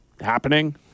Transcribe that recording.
happening